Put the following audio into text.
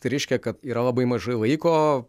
tai reiškia kad yra labai mažai laiko